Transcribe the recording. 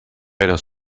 pero